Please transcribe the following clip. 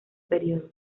período